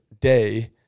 day